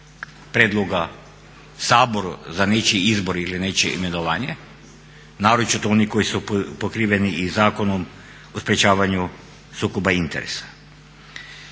prijedloga Saboru za nečiji izbor ili nečije imenovanje, naročito oni koji su pokriveni i Zakonom o sprečavanju sukoba interesa.